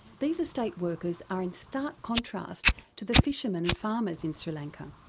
these estate workers are in stark contrast to the fishermen and farmers in sri lanka.